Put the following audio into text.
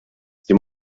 sie